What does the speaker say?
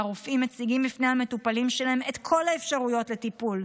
שבה הרופאים מציגים בפני המטופלים שלהם את כל האפשרויות לטיפול,